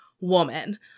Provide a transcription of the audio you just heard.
woman